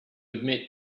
admit